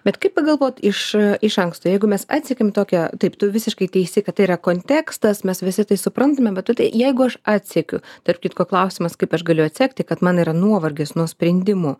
bet kaip pagalvot iš iš anksto jeigu mes atsekėm tokią taip tu visiškai teisi kad tai yra kontekstas mes visi tai suprantame bet tu tai jeigu aš atsekiu tarp kitko klausimas kaip aš galiu atsekti kad man yra nuovargis nuo sprendimų